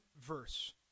verse